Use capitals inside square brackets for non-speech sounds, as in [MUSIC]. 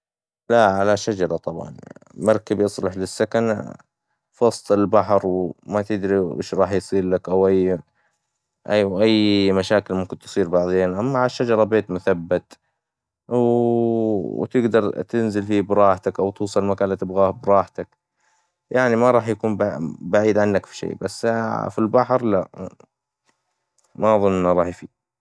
لا على شجرة طبعاً، مركب يصلح للسكن في وسط البحر وما تدري وش راح يصير لك، أو أي أوي- أي مشاكل ممكن تصير بعدين، أما عالشجرة بيت مثبت، و [HESITATION] وتقدر تنزل في براحتك، أو توصل المكان إللي تبغاه براحتك، يعني ما راح يكون بع- بعيد عنك في شي، بس ع في البحر لا، ما اظن راح يفيد.